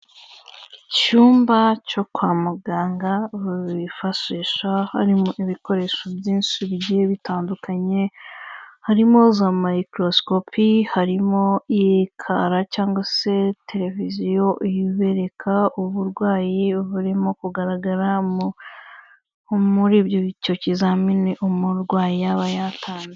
Icyumba cyo kwa muganga bifashisha, harimo ibikoresho byinshi bigiye bitandukanye, harimo za microscopi, harimo ekara cyangwa se televiziyo ibereka uburwayi burimo kugaragara muri icyo kizamini umurwayi yaba yatanze.